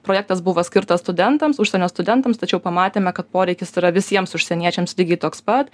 projektas buvo skirtas studentams užsienio studentams tačiau pamatėme kad poreikis yra visiems užsieniečiams lygiai toks pat